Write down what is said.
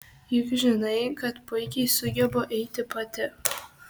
juk žinai kad puikiai sugebu eiti pati